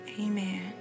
Amen